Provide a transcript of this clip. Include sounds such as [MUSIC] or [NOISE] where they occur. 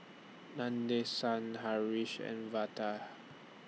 Nadesan Haresh and [UNINTELLIGIBLE]